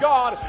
God